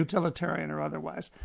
utilitarian or otherwise.